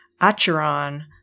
Acheron